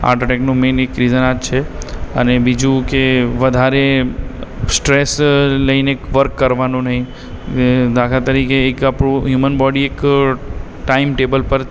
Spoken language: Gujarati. હાર્ટ એટેકનું મેઇન એક રીઝન આ જ છે અને બીજું કે વધારે સ્ટ્રેસ લઈને વર્ક કરવાનું નહીં દાખલા તરીકે એક આપણું હ્યુમન બૉડી એક ટાઇમટેબલ પર